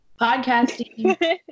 Podcasting